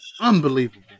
unbelievable